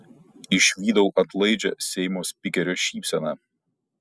išvydau atlaidžią seimo spikerio šypseną